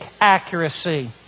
accuracy